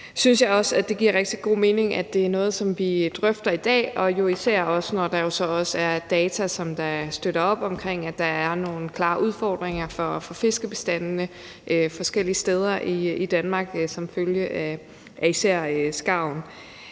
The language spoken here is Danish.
det giver rigtig god mening, at det er noget, som vi drøfter i dag, og jo især også, når der også er data, som støtter op om, at der er nogle klare udfordringer for fiskebestandene forskellige steder i Danmark som følge af især skarven.